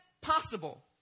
possible